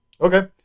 Okay